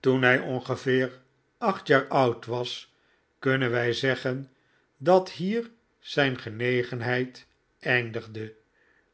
toen hij ongeveer acht jaar oud was kunnen wij zeggen dat hier zijn genegenheid eindigde